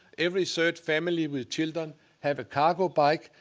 every third family with children have a cargo bike,